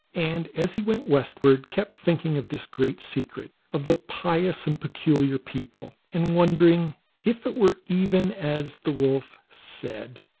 and as he went westwards kept thinking of this great secret of the pious and peculiar people, and wondering if it were even as the wolf said,